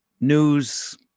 News